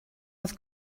was